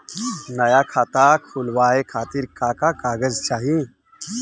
नया खाता खुलवाए खातिर का का कागज चाहीं?